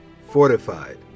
fortified